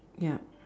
yup